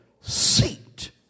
seat